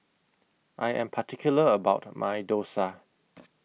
I Am particular about My Dosa